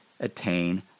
attain